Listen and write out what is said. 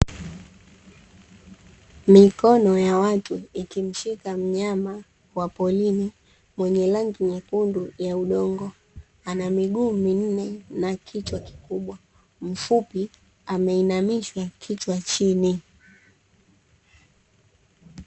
Mikono ya watu ikimshika mnyama wa porini mwenye rangi nyekundu ya udongo ana miguu minne, na kichwa kikubwa, mfupi ameinamishwa kichwa chini.